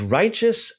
righteous